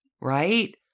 right